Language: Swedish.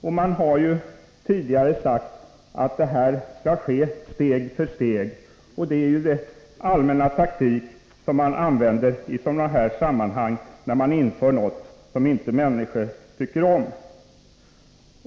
Det har tidigare sagts att det hela skall ske steg för steg — det är den taktik man använder i sådana här sammanhang, när man inför något som människor inte tycker om.